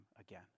again